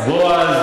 בועז,